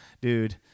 dude